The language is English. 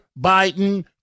Biden